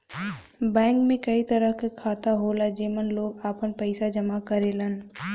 bank में कई तरह क खाता होला जेमन लोग आपन पइसा जमा करेलन